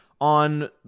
on